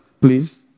please